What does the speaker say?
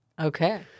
Okay